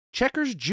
Checkers